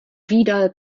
vidal